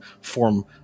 form